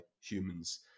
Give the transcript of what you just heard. humans